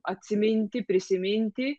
atsiminti prisiminti